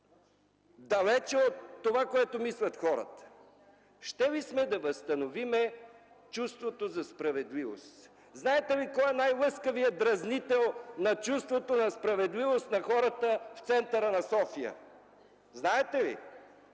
далеч от това, което мислят хората. Щели сме да възстановим чувството за справедливост!? Знаете ли кой е най-лъскавият дразнител на чувството на справедливост на хората в центъра на София? Знаете ли?